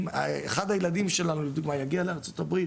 אם אחד הילדים שלנו לדוגמא יגיע לארצות הברית